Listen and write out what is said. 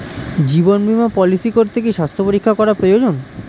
জীবন বীমা পলিসি করতে কি স্বাস্থ্য পরীক্ষা করা প্রয়োজন?